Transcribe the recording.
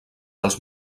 als